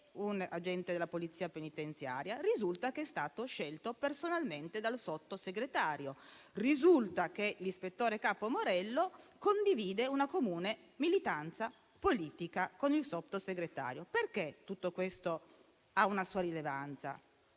agente della Polizia penitenziaria, sia stato scelto personalmente dal Sottosegretario. Risulta che l'ispettore capo Morello condivida una comune militanza politica con il Sottosegretario. Perché tutto questo ha una sua rilevanza?